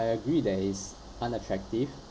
agree that is unattractive